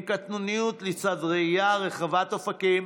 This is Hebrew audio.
עם קטנוניות לצד ראייה רחבת אופקים